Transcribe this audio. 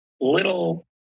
little